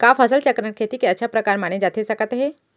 का फसल चक्रण, खेती के अच्छा प्रकार माने जाथे सकत हे?